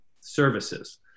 services